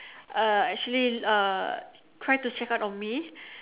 uh actually uh tried to check out on me